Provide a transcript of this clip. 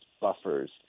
buffers